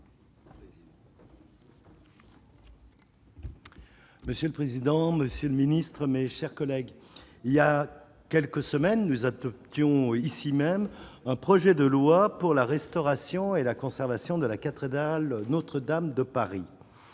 Monsieur le président, monsieur le ministre, mes chers collègues, il y a quelques semaines nous atte tion ici même un projet de loi pour la restauration et la conservation de la 4 dalles Notre-Dame de Paris